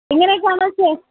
ഇങ്ങനെയൊക്കെയാനോ